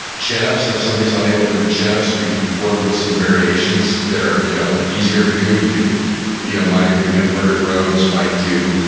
chin-ups, and if somebody's unable to do chin-ups, we'd work with some variations that are you know easier to do. you you know might even do inverted rows, might do,